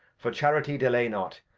for charity delay not,